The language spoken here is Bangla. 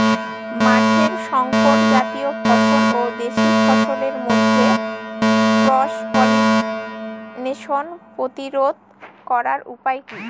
মাঠের শংকর জাতীয় ফসল ও দেশি ফসলের মধ্যে ক্রস পলিনেশন প্রতিরোধ করার উপায় কি?